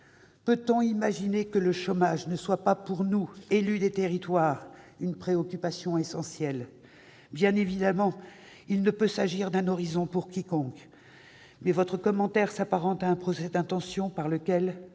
Peut-on imaginer que le chômage ne soit pas, pour nous élus des territoires, une préoccupation essentielle ? Bien évidemment, il ne peut s'agir d'un horizon pour quiconque, mais votre commentaire s'apparente à un procès d'intention par lequel